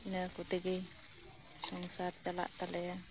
ᱤᱱᱟᱹ ᱠᱚ ᱛᱮᱜᱮ ᱥᱚᱝᱥᱟᱨ ᱪᱟᱞᱟᱜ ᱛᱟᱞᱮᱭᱟ